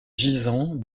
gisant